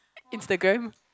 Instagram